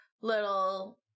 little